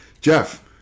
Jeff